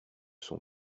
son